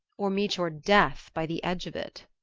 or meet your death by the edge of it.